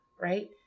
right